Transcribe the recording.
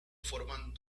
forman